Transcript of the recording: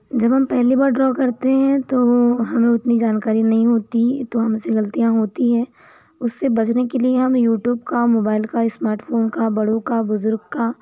जब हम पहेली बार ड्रा करते हैं तो हमें उतनी जानकारी नहीं होती तो हमसे गलतियाँ होती हैं उससे बचने के लिए हमें यूट्यूब का मोबाइल का स्मार्टफ़ोन का बड़ों का बुज़ुर्ग का